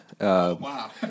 Wow